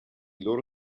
loro